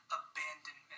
abandonment